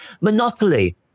monopoly